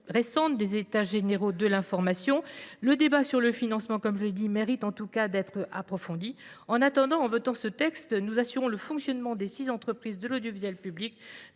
récentes des États généraux de l’information. Le débat sur le financement du secteur mérite en tout cas d’être approfondi. Toujours est il qu’en adoptant ce texte nous assurerons le fonctionnement des six entreprises de l’audiovisuel public,